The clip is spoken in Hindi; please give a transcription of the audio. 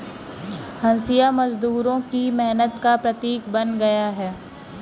हँसिया मजदूरों की मेहनत का प्रतीक बन गया है